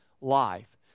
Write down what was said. life